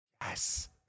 Yes